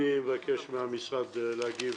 אני אבקש מהמשרד להגיב